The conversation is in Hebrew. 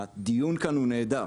הדיון כאן הוא נהדר,